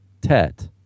tet